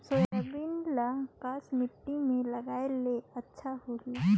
Soybean ल कस माटी मे लगाय ले अच्छा सोही?